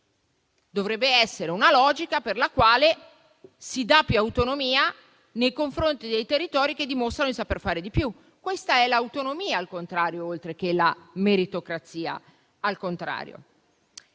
Dovrebbe consistere nella logica per la quale si dà maggiore autonomia ai territori che dimostrano di saper fare di più. Questa è l'autonomia al contrario, oltre che la meritocrazia al contrario.